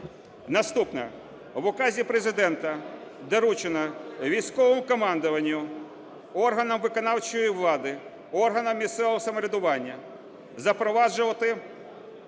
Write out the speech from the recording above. Наступне. В Указі Президента доручено військовому командуванню, органам виконавчої влади, органам місцевого самоврядування запроваджувати